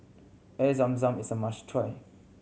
Air Zam Zam is a must try